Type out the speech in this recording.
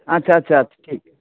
अछा अच्छा ठीक